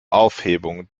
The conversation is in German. aufhebung